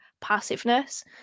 passiveness